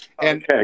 Okay